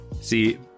See